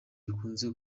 bikunze